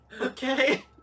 Okay